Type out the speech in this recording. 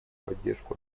поддержку